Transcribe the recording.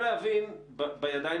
להבין בידיים